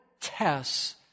tests